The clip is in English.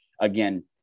again